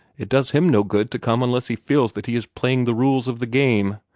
it does him no good to come unless he feels that he is playing the rules of the game,